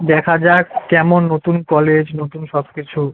দেখা যাক কেমন নতুন কলেজ নতুন সব কিছু